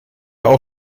auch